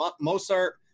Mozart –